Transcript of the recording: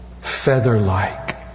feather-like